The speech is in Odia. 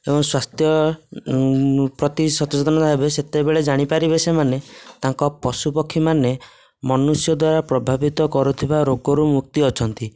ଏବଂ ସ୍ଵାସ୍ଥ୍ୟ ପ୍ରତି ସଚେତନତା ହେବେ ସେତେବେଳେ ଜାଣିପାରିବେ ସେମାନେ ତାଙ୍କ ପଶୁ ପକ୍ଷୀମାନେ ମନୁଷ୍ୟ ଦ୍ୱାରା ପ୍ରଭାବିତ କରୁଥିବା ରୋଗରୁ ମୁକ୍ତି ଅଛନ୍ତି